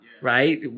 right